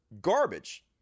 garbage